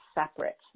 separate